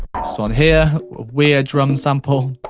this one here, weird drum sample.